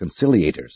conciliators